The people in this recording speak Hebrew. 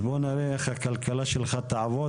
אז בואו נראה איך הכלכלה שלך תעבוד